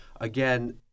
again